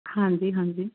ਹਾਂਜੀ ਹਾਂਜੀ